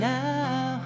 now